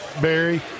Barry